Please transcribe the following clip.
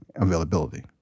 availability